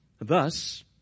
Thus